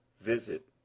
visit